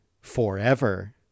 forever